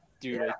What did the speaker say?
dude